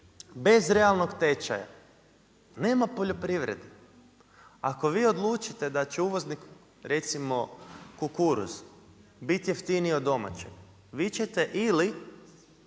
bez realnog tečaja nema poljoprivrede. Ako vi odlučite da će uvoznik, recimo kukuruz, biti jeftiniji od domaćeg, vi ćete ili,